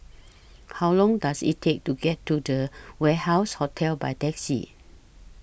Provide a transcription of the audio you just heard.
How Long Does IT Take to get to The Warehouse Hotel By Taxi